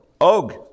Og